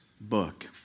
book